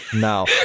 no